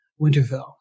Winterfell